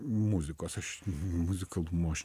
muzikos aš muzikalumo aš